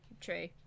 true